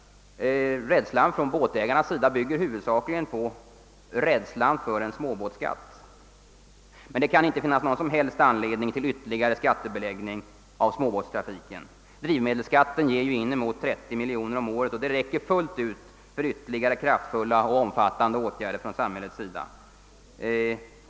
Motståndet från småbåtsägarnas sida beror närmast på att man fruktar en småbåtsskatt. Men det kan inte finnas någon som helst anledning att yt terligare skattebelägga småbåtstrafiken. Drivmedelsskatten ger ju inemot 30 miljoner kronor om året, och det beloppet räcker fullt ut för ytterligare kraftfulla och omfattande åtgärder från samhällets sida.